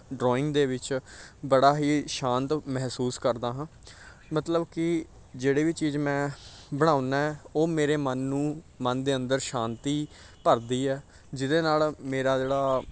drawing ਦੇ ਵਿੱਚ ਬੜਾ ਹੀ ਸ਼ਾਂਤ ਮਹਿਸੂਸ ਕਰਦਾ ਹਾਂ ਮਤਲਬ ਕਿ ਜਿਹੜੀ ਵੀ ਚੀਜ਼ ਮੈਂ ਬਣਾਉਂਦਾ ਉਹ ਮੇਰੇ ਮਨ ਨੂੰ ਮਨ ਦੇ ਅੰਦਰ ਸ਼ਾਂਤੀ ਭਰਦੀ ਹੈ ਜਿਹਦੇ ਨਾਲ ਮੇਰਾ ਜਿਹੜਾ